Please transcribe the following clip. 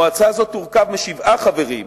מועצה זו תורכב משבעה חברים,